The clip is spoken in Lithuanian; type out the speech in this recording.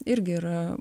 irgi yra